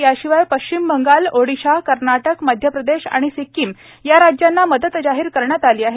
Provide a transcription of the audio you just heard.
याशिवाय पश्चिम बंगाल ओडिशा कर्नाटक मध्य प्रदेश आणि सिक्कीम या राज्यांना मदत जाहीर झाली आहे